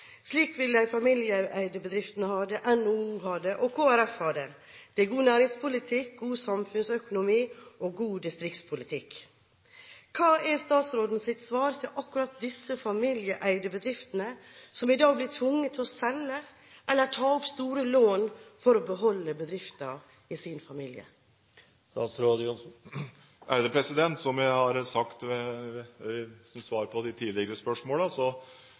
Slik vil de familieeide bedriftene ha det, NHO ha det og Kristelig Folkeparti ha det. Det er god næringspolitikk, god samfunnsøkonomi og god distriktspolitikk. Hva er statsrådens svar til akkurat disse familieeide bedriftene som i dag blir tvunget til å selge eller ta opp store lån for å beholde bedriften i sin familie? Som jeg har sagt som svar på de tidligere